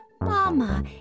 Mama